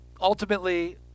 ultimately